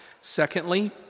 Secondly